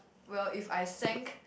well if I sank